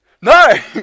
No